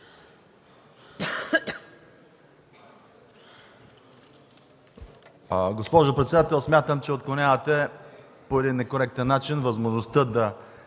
Госпожо председател, смятам, че отклонявате по един некоректен начин възможността